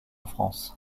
france